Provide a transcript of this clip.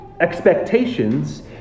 expectations